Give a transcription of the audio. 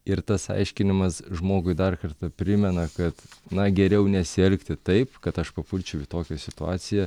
ir tas aiškinimas žmogui dar kartą primena kad na geriau nesielgti taip kad aš papulčiau į tokią situaciją